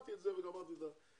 קיבלתי את זה וגמרתי את הסיפור.